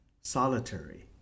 solitary